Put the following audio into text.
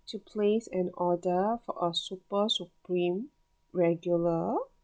to place an order for a super supreme regular